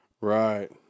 Right